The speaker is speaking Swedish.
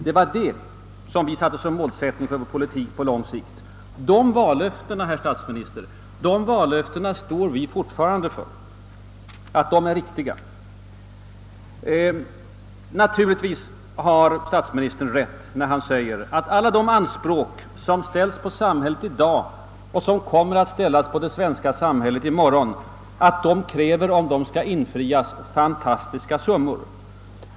Det var det vi satte som mål för vår politik på lång sikt, De vallöftena, herr statsminister, anser vi fortfarande vara bindande. Naturligtvis har statsministern rätt när han säger, att alla de anspråk som ställs på det svenska samhället i dag och som kommer att ställas på samhället i morgon, kräver »fantastiskt» mycket pengar för att kunna uppfyllas.